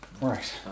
right